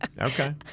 Okay